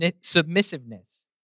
submissiveness